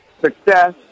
success